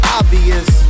obvious